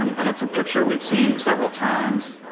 um and it's a picture we've seen several times.